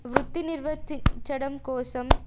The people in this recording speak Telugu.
వృత్తి నిర్వర్తించడం కోసం